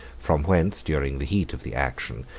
from whence, during the heat of the action,